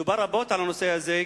דובר רבות על הנושא הזה,